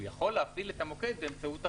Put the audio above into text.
הוא יכול להפעיל את המוקד באמצעות אחר,